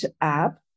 app